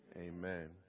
amen